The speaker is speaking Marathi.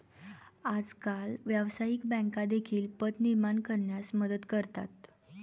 आजकाल व्यवसायिक बँका देखील पत निर्माण करण्यास मदत करतात